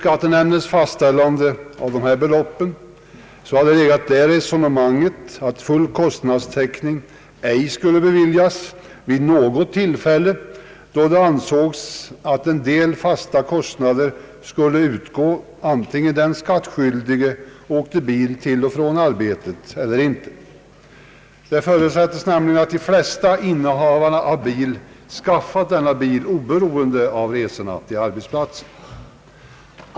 Bakom fastställandet av dessa belopp låg resonemanget att full kostnadstäckning inte skulle beviljas vid något tillfälle, eftersom man ansåg att en del fasta kostnader skulle utgå, vare sig den skattskyldige körde bil till och från arbetet eller inte. Det förutsattes nämligen att de flesta bilägare skaffat sig bil oberoende av resorna till och från arbetsplatsen.